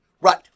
Right